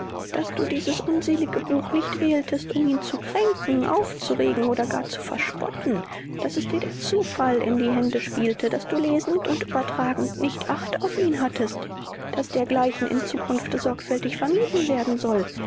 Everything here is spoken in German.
daß du dieses unselige buch nicht wähltest um ihn zu kränken aufzuregen oder gar zu verspotten daß es der zufall dir in die hände spielte daß du lesend und übertragend nicht acht auf ihn hattest daß dergleichen in zukunft sorgfältig vermieden werden soll